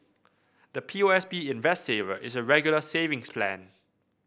the P O S B Invest Saver is a Regular Savings Plan